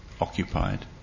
occupied